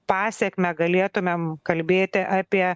pasekmę galėtumėm kalbėti apie